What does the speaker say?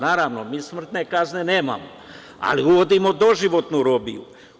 Naravno, mi smrtne kazne nemamo, ali uvodimo doživotnu robiju.